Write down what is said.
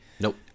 Nope